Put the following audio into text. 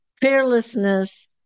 fearlessness